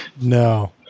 No